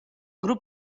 grup